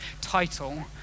title